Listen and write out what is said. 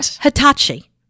Hitachi